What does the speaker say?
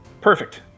Perfect